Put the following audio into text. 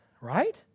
Right